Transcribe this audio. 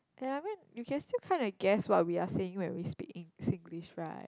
ya I mean you can still kinda guess what we are saying when we speak in Singlish right